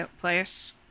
place